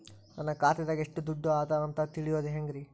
ನನ್ನ ಖಾತೆದಾಗ ಎಷ್ಟ ದುಡ್ಡು ಅದ ಅಂತ ತಿಳಿಯೋದು ಹ್ಯಾಂಗ್ರಿ?